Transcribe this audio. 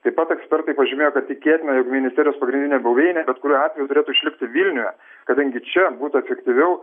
taip pat ekspertai pažymėjo kad tikėtina jog ministerijos pagrindinė buveinė bet kuriuo atveju turėtų išlikti vilniuje kadangi čia būtų efektyviau